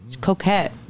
coquette